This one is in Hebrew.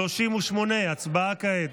38. 38. הצבעה כעת.